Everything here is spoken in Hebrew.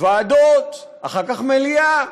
ועדות, אחר כך מליאה,